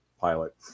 pilot